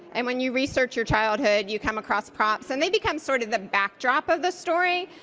and when you research your childhood, you come across props and they become sort of the backdrop of the story.